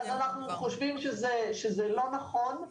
אז אנחנו חושבים שזה לא נכון,